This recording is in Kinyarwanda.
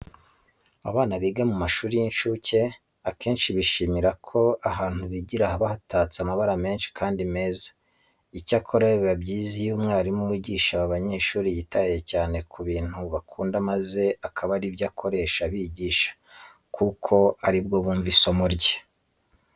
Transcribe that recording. Abana biga mu mashuri y'incuke akenshi bishimira ko ahantu bigira haba hatatse amabara menshi kandi meza. Icyakora biba byiza iyo umwarimu wigisha aba banyeshuri yitaye cyane ku bintu bakunda maze akaba ari byo akoresha abigisha kuko ari bwo bumva isomo rye.